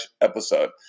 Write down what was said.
episode